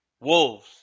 wolves